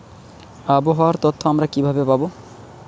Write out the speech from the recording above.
আবহাওয়ার তথ্য আমরা কিভাবে পাব?